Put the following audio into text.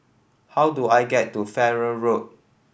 how do I get to Farrer Road